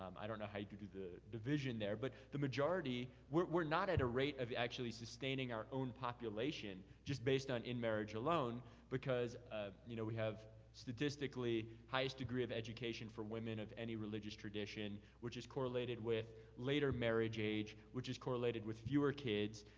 um i don't know how you could do the division there. but the majority, we're not as a rate of actually sustaining our own population just based on in-marriage alone because ah you know we have statistically highest degree of education for women of any religious tradition. which is correlated with later marriage age, which is correlated with fewer kids.